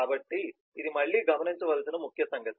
కాబట్టి ఇది మళ్ళీ గమనించవలసిన ముఖ్య సంగతి